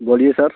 बोलिए सर